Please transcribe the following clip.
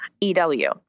EW